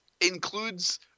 includes